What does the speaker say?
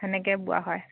সেনেকৈয়ে বোৱা হয়